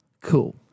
Cool